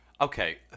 Okay